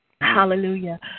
Hallelujah